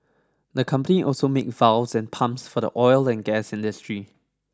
the company also makes valves and pumps for the oil and gas industry